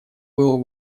был